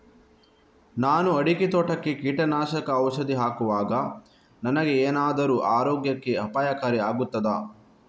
ನಾನು ಅಡಿಕೆ ತೋಟಕ್ಕೆ ಕೀಟನಾಶಕ ಔಷಧಿ ಹಾಕುವಾಗ ನನಗೆ ಏನಾದರೂ ಆರೋಗ್ಯಕ್ಕೆ ಅಪಾಯಕಾರಿ ಆಗುತ್ತದಾ?